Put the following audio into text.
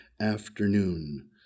afternoon